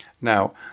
Now